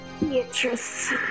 Beatrice